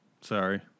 Sorry